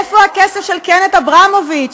איפה הכסף של קנת אברמוביץ,